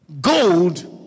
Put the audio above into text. Gold